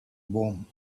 warm